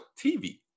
TV